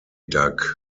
duck